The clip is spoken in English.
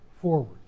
forward